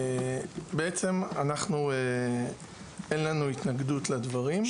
בעצם אין לנו התנגדות לדברים.